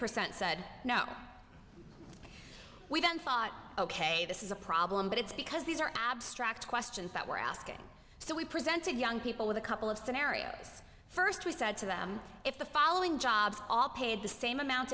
percent said no we then thought ok this is a problem but it's because these are abstract questions that we're asking so we presented young people with a couple of scenarios first we said to them if the following jobs all paid the same amount